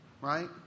right